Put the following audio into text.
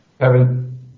Kevin